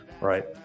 right